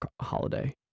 holiday